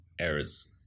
errors